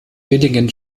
villingen